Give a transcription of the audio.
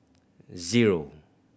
zero